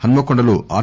హన్మ కొండలో ఆర్